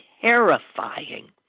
terrifying